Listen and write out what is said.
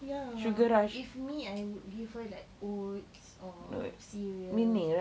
ya if me I would give her like oats or cereal